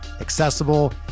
accessible